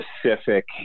specific